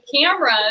cameras